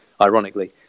ironically